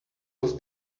was